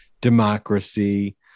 democracy